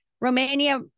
Romania